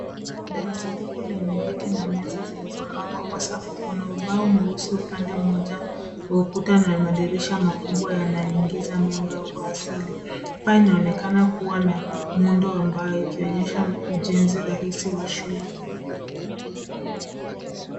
Darasa tupu lenye viti na meza zilizopangwa kwa safu. Kuna ubao mweusi upande mmoja wa ukuta na madirisha makubwa yanayoingiza mwanga wa asili. Paa inaonekana kuwa na muundo wa ambao ikionyesha ujenzi rahisi wa shule.